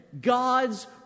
God's